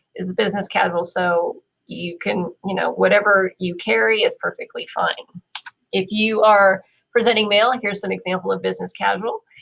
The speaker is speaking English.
it's business casual so you can, you know, whatever you carry is perfectly fine if you are presenting male. and here's some examples of business casual.